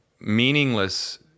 meaningless